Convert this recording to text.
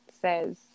says